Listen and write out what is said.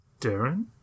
Darren